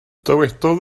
dywedodd